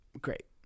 great